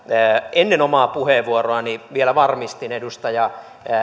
ennen omaa puheenvuoroani vielä varmistin edustaja